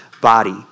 body